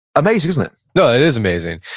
amazing, isn't it? no, it is amazing.